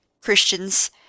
christians